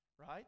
right